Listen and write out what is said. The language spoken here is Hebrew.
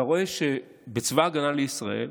אתה רואה שבצבא ההגנה לישראל